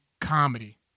comedy